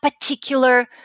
particular